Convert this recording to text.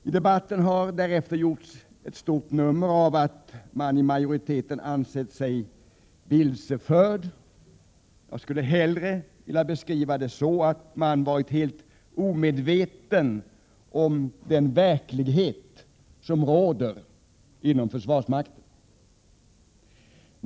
I debatten har därefter gjorts ett stort nummer: av att man inom majoriteten ansett sig vilseförd. Jag skulle hellre vilja beskriva det så att man varit helt omedveten om den verklighet som råder inom försvarsmakten.